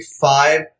five